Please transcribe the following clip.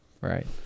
right